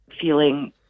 feeling